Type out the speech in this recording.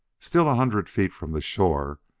still a hundred feet from the shore,